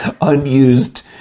unused